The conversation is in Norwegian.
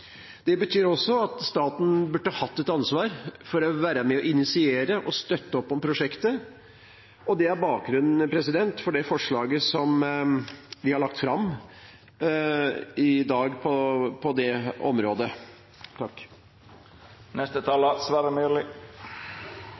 Det betyr at Staten burde hatt et ansvar for å være med og initiere og støtte opp om prosjektet. Det er bakgrunnen for det forslaget som vi har lagt fram i dag på det området.